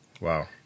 Wow